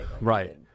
Right